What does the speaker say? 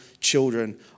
children